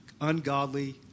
ungodly